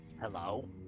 hello